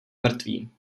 mrtvý